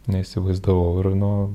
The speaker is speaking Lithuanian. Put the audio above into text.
neįsivaizdavau ir nu